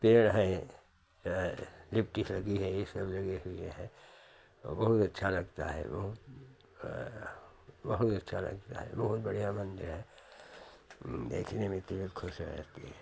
पेड़ हैं जो है लिप्टिस लगी है यह सब लगे हुए हैं और बहुत अच्छा लगता है वह बहुत अच्छा लगता है बहुत बढ़िया मन्दिर है देखने में तो यह ख़ुश रहती हैं